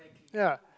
ya